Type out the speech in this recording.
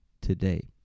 today